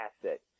asset